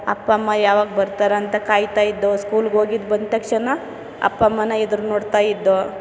ಅಪ್ಪ ಅಮ್ಮ ಯಾವಾಗ ಬರ್ತಾರಂತ ಕಾಯ್ತಾಯಿದ್ದೋ ಸ್ಕೂಲ್ಗೆ ಹೋಗಿದ್ದು ಬಂದ ತಕ್ಷಣ ಅಪ್ಪ ಅಮ್ಮನ ಎದರು ನೋಡ್ತಾಯಿದ್ದೋ